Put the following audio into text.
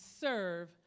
serve